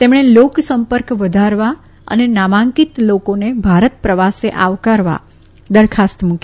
તેમણે લોક સંપર્ક વધારવા અને નામાંકિત લોકોને ભારત પ્રવાસે આવકારવા દરખાસ્ત મુકી